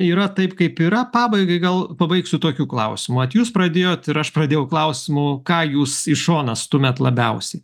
yra taip kaip yra pabaigai gal pabaigsiu tokių klausimų vat jūs pradėjot ir aš pradėjau klausimu ką jūs į šoną stumiat labiausiai